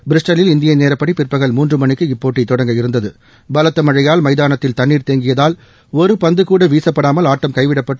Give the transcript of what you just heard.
பிரிஸ்டலில் இந்திய நேரப்படி பிற்பகல் மூன்று மணிக்கு இப்போட்டி தொடங்க இருந்தது பலத்த மழையால் மைதானத்தில் தண்ணீர் தேங்கியதால் ஒரு பந்துகூட வீசப்படாமல் ஆட்டம் கைவிடப்பட்டு